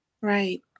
Right